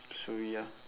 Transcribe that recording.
so ya